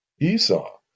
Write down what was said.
Esau